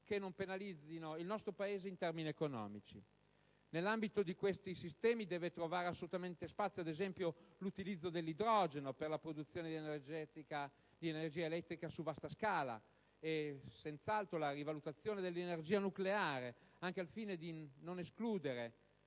che non penalizzino il nostro Paese in termini economici. Nell'ambito di tali sistemi deve trovare assolutamente spazio, ad esempio, l'utilizzo dell'idrogeno per la produzione di energia elettrica su vasta scala e, senz'altro, la rivalutazione dell'energia nucleare, anche al fine di non escludere